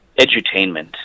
edutainment